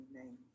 name